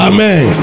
Amen